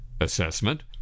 assessment